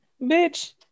Bitch